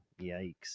Yikes